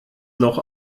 noch